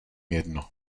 jedno